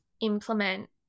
implement